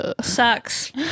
Sucks